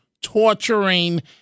torturing